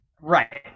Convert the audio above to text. Right